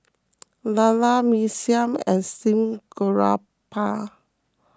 Lala Mee Siam and Steamed Garoupa